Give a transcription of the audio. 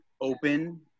open